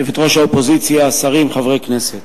יושבת-ראש האופוזיציה, שרים וחברי כנסת,